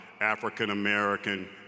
African-American